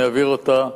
אני אעביר אותה.